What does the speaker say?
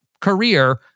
career